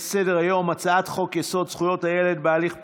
בסדר-היום, הצעת חוק-יסוד: זכויות בהליך פלילי,